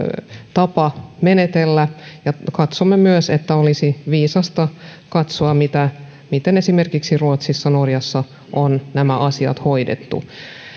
tapa menetellä ja katsomme myös että olisi viisasta katsoa miten esimerkiksi ruotsissa ja norjassa on nämä asiat hoidettu